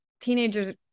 teenagers